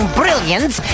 brilliance